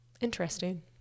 Interesting